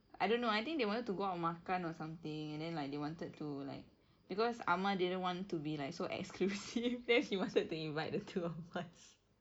I don't know I think they wanted to go out makan or something and then like they wanted to like because amar didn't want to be like so exclusive then he wanted to invite the two of us